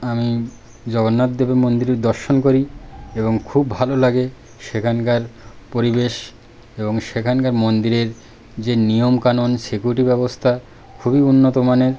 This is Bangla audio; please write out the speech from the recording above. আমি জগন্নাথদেবের মন্দিরের দর্শন করি এবং খুব ভালো লাগে সেখানকার পরিবেশ এবং সেখানকার মন্দিরের যে নিয়ম কানুন সিকিউরিটি ব্যবস্থা খুবই উন্নতমানের